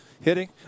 hitting